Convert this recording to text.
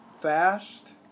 fast